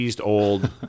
Old